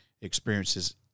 experiences